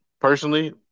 personally